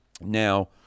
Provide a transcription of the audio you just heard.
now